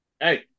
hey